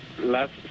last